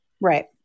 Right